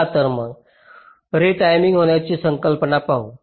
चला तर मग रेटायमिंग होण्याची संकल्पना पाहू